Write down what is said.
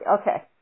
Okay